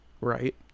right